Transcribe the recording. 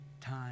time